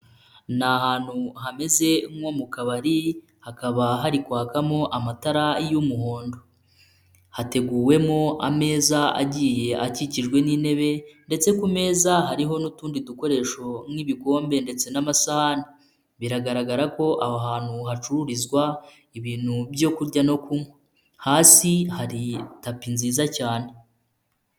Ni ahantu hameze nko mu kabari hakaba hari kwakamo amatara y'umuhondo, hateguwemo ameza agiye akikijwe n'intebe ndetse ku meza hariho n'utundi dukoresho nk'ibikombe ndetse n'amasahani biragaragara ko aha hantu hacururizwa ibintu byo kurya no kunywa, hasi hari tapi nziza cyane.